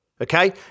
Okay